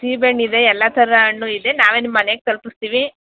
ಸೀಬೆ ಹಣ್ ಇದೆ ಎಲ್ಲ ಥರ ಹಣ್ಣು ಇದೆ ನಾವೇ ನಿಮ್ಮ ಮನೆಗೆ ತಲುಪಿಸ್ತೀವಿ